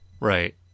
Right